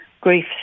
grief